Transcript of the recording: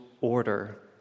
order